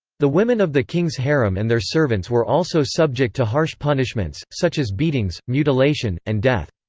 the women of the king's harem and their servants were also subject to harsh punishments, such as beatings, mutilation, and death.